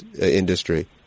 industry